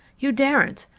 you daren't.